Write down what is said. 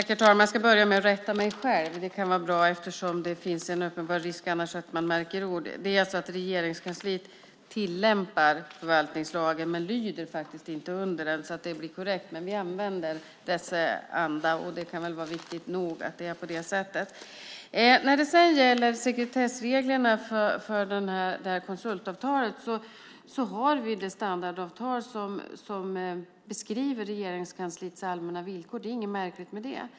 Herr talman! Jag ska börja med att rätta mig själv så att det blir korrekt. Det kan vara bra eftersom det annars finns en uppenbar risk att man märker ord. Regeringskansliet tillämpar förvaltningslagen men lyder inte under den. Vi använder dess anda, och det kan väl vara viktigt nog att det är på det sättet. När det gäller sekretessreglerna för konsultavtalet har vi det standardavtal som beskriver Regeringskansliets allmänna villkor. Det är inget märkvärdigt med det.